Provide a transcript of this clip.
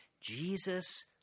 Jesus